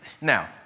Now